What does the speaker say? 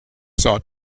sought